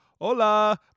hola